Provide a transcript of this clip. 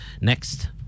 Next